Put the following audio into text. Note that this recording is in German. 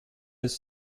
ist